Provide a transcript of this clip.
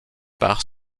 par